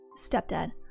stepdad